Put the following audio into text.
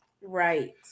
right